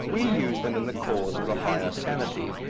we use them in the cause of the higher sanity,